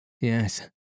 Yes